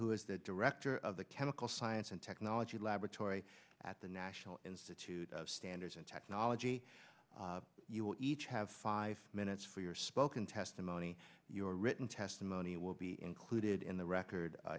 who is the director of the chemical science and technology laboratory at the national institute of standards and technology you will each have five minutes for your spoken testimony your written testimony will be included in the record